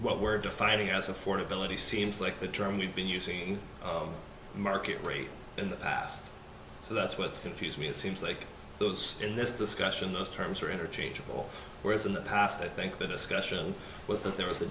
what we're defining as affordability seems like the term we've been using market rate in the past so that's what confused me it seems like those in this discussion those terms are interchangeable whereas in the past i think the discussion was that there was a